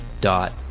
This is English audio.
dot